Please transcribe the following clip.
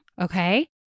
okay